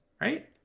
Right